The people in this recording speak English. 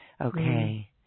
Okay